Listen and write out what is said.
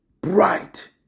bright